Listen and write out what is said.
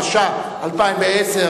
התש"ע 2010,